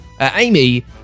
Amy